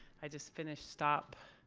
i just finished stop